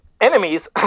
enemies